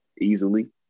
easily